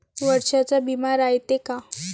वर्षाचा बिमा रायते का?